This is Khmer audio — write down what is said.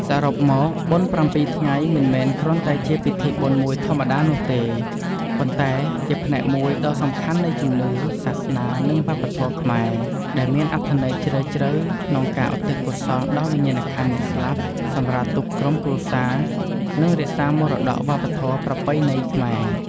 សរុបមក បុណ្យប្រាំពីរថ្ងៃ មិនមែនគ្រាន់តែជាពិធីបុណ្យមួយធម្មតានោះទេ ប៉ុន្តែជាផ្នែកមួយដ៏សំខាន់នៃជំនឿ សាសនា និងវប្បធម៌ខ្មែរ ដែលមានអត្ថន័យជ្រាលជ្រៅក្នុងការឧទ្ទិសកុសលដល់វិញ្ញាណក្ខន្ធអ្នកស្លាប់ សម្រាលទុក្ខក្រុមគ្រួសារ និងរក្សាមរតកវប្បធម៌ប្រពៃណីខ្មែរ។